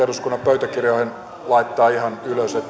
eduskunnan pöytäkirjoihin laittaa ihan ylös että